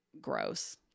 gross